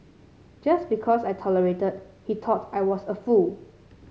just because I tolerated he thought I was a fool